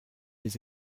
les